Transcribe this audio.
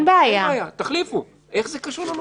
אין בעיה, תחליפו, איך זה קשור לנורבגי.